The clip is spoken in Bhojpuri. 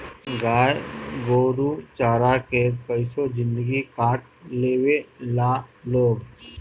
गाय गोरु चारा के कइसो जिन्दगी काट लेवे ला लोग